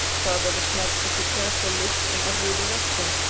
father de smet took a careful look in every direction.